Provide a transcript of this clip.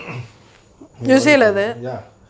you know about ya